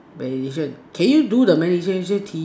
meditation can you do the meditation Tea